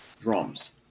drums